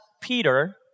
Peter